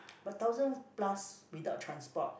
but thousand plus without transport